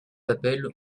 d’appel